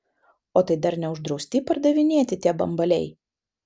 o tai dar neuždrausti pardavinėti tie bambaliai